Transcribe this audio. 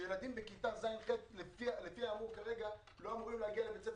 שילדים בכיתות ז'-ח' לפי הצפוי כרגע לא אמורים להגיע לבית הספר,